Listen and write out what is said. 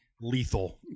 lethal